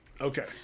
Okay